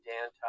Dan